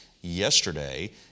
yesterday